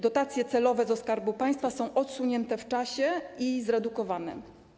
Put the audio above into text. Dotacje celowe ze Skarbu Państwa są odsunięte w czasie i zredukowane.